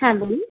হ্যাঁ বলুন